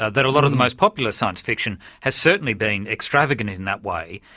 ah that a lot of the most popular science-fiction has certainly been extravagant in that way.